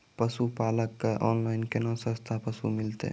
पशुपालक कऽ ऑनलाइन केना सस्ता पसु मिलतै?